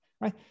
right